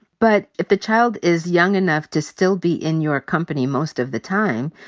but if the child is young enough to still be in your company most of the time,